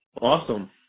Awesome